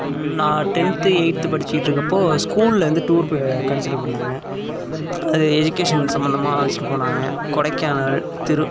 நான் tenth eighth படிச்சிட்டிருக்கப்போ ஸ்கூல்லேருந்து டூருக்கு கன்ஸிடர் பண்ணாங்க அது எஜிகேஷன் சம்மந்தமாக அழைச்சிட்டு போனாங்க கொடைக்கானல் திரு